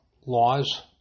laws